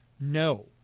No